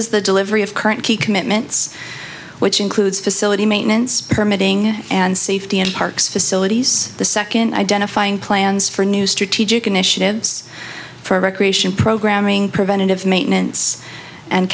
is the delivery of current key commitments which includes facility maintenance permitting and safety in parks facilities the second identifying plans for new strategic initiatives for recreation programming preventative maintenance and